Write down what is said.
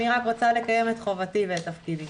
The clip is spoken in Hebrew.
אני רק רוצה לקיים את חובתי ואת תפקידי.